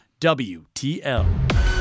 WTL